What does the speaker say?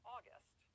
August